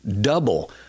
Double